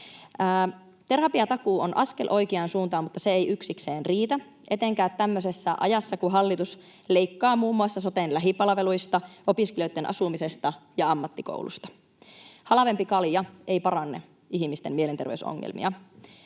Terapiatakuu on askel oikeaan suuntaan, mutta se ei yksikseen riitä etenkään tämmöisessä ajassa, kun hallitus leikkaa muun muassa soten lähipalveluista, opiskelijoitten asumisesta ja ammattikoulusta. Halvempi kalja ei paranna ihmisten mielenterveysongelmia.